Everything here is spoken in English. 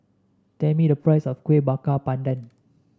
tell me the price of Kuih Bakar Pandan